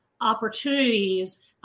opportunities